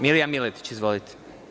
Milija Miletić, izvolite.